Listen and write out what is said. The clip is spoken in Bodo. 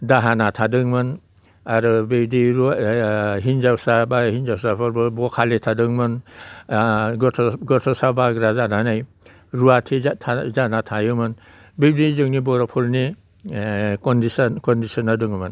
दाहोना थादोंमोन आरो बेबायदि हिनजावसा बा हिनजावसाफोरबो बखालि थादोंमोन गथ' गथ'सा बाग्रा जानानै रुवाथि जाना थायोमोन बिब्दि जोंनि बर'फोरनि कण्डिसना दङमोन